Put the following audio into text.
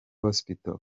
hospital